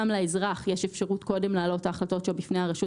גם לאזרח יש אפשרות קודם להעלות את ההחלטות שלו בפני הרשות